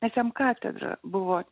nes jam katedra buvo